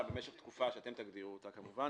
במשך תקופה שאתם תגדירו אותה כמובן,